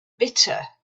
bitter